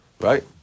Right